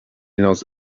knows